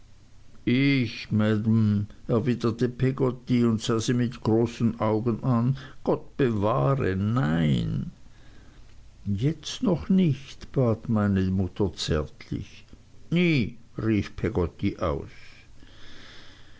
peggotty und sah sie mit großen augen an gott bewahre nein jetzt noch nicht bat meine mutter zärtlich nie rief peggotty aus